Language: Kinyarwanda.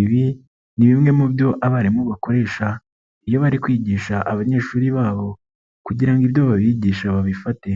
ibi ni bimwe mu byo abarimu bakoresha, iyo bari kwigisha abanyeshuri babo kugira ngo ibyo babigisha babifate.